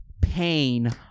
pain